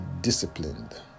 disciplined